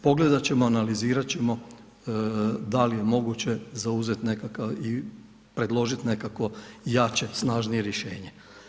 Pogledati ćemo, analizirati ćemo da li je moguće zauzeti nekakav i predložiti nekakvo jače, snažnije rješenje.